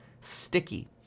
sticky